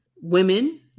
women